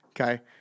okay